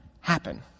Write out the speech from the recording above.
happen